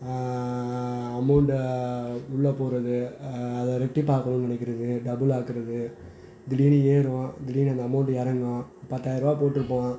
அமௌண்டை உள்ளேப் போடறது அதை ரெட்டிப்பாக்கணும்னு நினைக்கிறது டபுள் ஆக்குவது திடீர்னு ஏறும் திடீர்னு அந்த அமௌண்ட்டு இறங்கும் பத்தாயிர ரூபா போட்டிருப்போம்